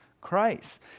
Christ